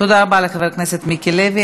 תודה רבה לחבר הכנסת מיקי לוי.